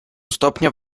stopnia